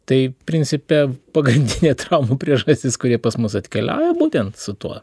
tai principe pagrindinė traumų priežastis kurie pas mus atkeliauja būtent su tuo